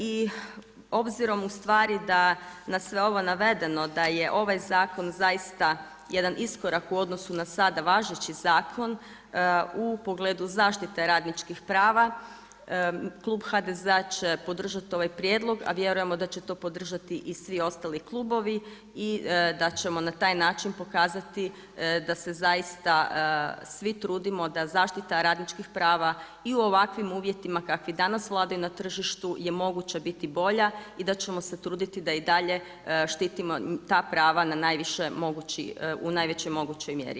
I obzirom ustvari da na sve ovo navedeno da je ovaj zakon zaista jedan iskorak u odnosu na sada važeći zakon u pogledu zaštite radničkih prava klub HDZ-a će podržati ovaj prijedlog a vjerujemo da će to podržati i svi ostali klubovi i da ćemo na taj način pokazati da se zaista svi trudimo da zaštita radničkih prava i u ovakvim uvjetima kakvi danas vladaju na tržištu je moguće biti bolja i da ćemo se truditi da i dalje štitimo ta prava u najvećoj mogućoj mjeri.